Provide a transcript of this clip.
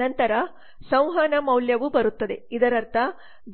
ನಂತರ ಸಂವಹನ ಮೌಲ್ಯವು ಬರುತ್ತದೆ ಇದರರ್ಥ